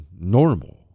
normal